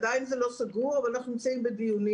עדיין זה לא סגור אבל אנחנו נמצאים בדיון.